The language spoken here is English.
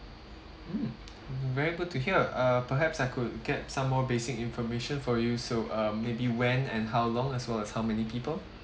mm very good to hear uh perhaps I could get some more basic information for you so maybe when and how long as well as how many people